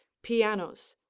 pianos,